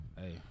hey